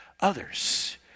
others